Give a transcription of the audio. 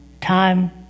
time